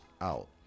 out